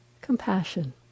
compassion